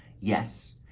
yes,